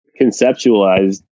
conceptualized